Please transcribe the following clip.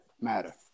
Matter